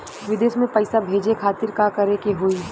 विदेश मे पैसा भेजे खातिर का करे के होयी?